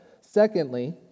secondly